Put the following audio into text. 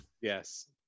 Yes